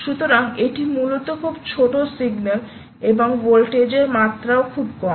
সুতরাং এটি মূলত খুব ছোট সিগন্যাল এবং ভোল্টেজের মাত্রা খুব কম